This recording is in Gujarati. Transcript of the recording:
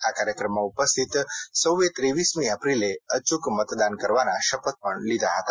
આ કાર્યક્રમમાં ઉપસ્થિત સૌએ ત્રેવીસમી એપ્રિલે અચ્ક મતદાન કરવાના શપથ લીધા હતા